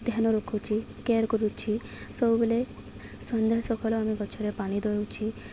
ଧ୍ୟାନ ରଖୁଛି କେୟାର କରୁଛି ସବୁବେଳେ ସନ୍ଧ୍ୟା ସକାଳ ଆମେ ଗଛରେ ପାଣି ଦଉଛି